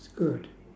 it's good